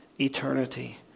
eternity